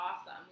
awesome